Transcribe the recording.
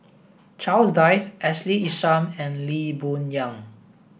Charles Dyce Ashley Isham and Lee Boon Yang